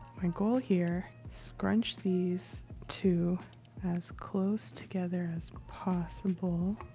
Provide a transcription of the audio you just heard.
my goal here, scrunch these two as close together as possible.